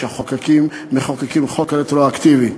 שמחוקקים חוק רטרואקטיבי.